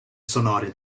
sonore